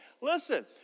Listen